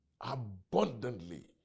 abundantly